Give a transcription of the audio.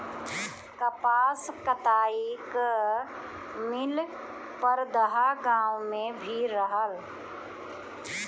कपास कताई कअ मिल परदहा गाँव में भी रहल